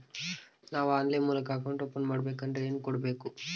ನಾವು ಆನ್ಲೈನ್ ಮೂಲಕ account open ಮಾಡಬೇಂಕದ್ರ ಏನು ಕೊಡಬೇಕು?